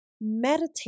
Meditate